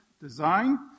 Design